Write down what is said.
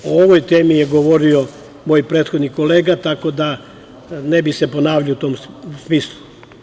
O ovoj temi je govorio moj prethodni kolega, tako da ne bih se ponavljao u tom smislu.